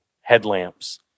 headlamps